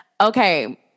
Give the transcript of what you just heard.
Okay